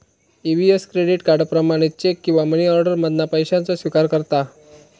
EVS credit card, प्रमाणित cheque किंवा money order मधना पैशाचो स्विकार करता